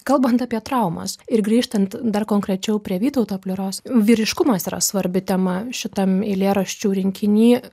kalbant apie traumas ir grįžtant dar konkrečiau prie vytauto pliuros vyriškumas yra svarbi tema šitam eilėraščių rinkiny